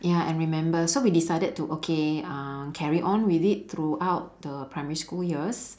ya I remember so we decided to okay uh carry on with it throughout the primary school years